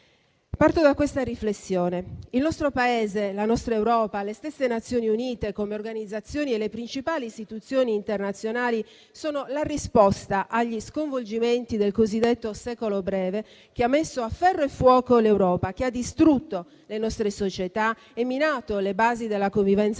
Parto da questa riflessione: il nostro Paese, la nostra Europa, le stesse Nazioni Unite, come organizzazioni, e le principali istituzioni internazionali sono la risposta agli sconvolgimenti del cosiddetto secolo breve, che ha messo a ferro e fuoco l'Europa, che ha distrutto le nostre società e minato le basi della convivenza